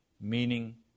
meaning